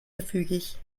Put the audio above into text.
gefügig